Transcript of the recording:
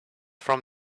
from